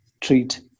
treat